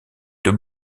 deux